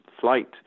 flight